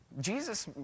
Jesus